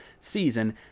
season